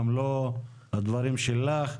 גם לא לדברים שלך.